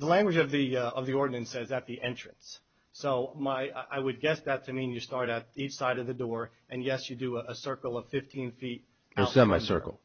the language of the of the ordinances at the entrance so my i would guess that i mean you start at the side of the door and yes you do a circle of fifteen feet and semi circle